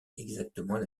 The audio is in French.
exactement